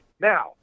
Now